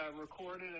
recorded